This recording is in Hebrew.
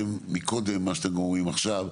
שדיברתם קודם וגם למה שאתם אומרים עכשיו.